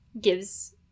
gives